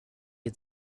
had